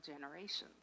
generations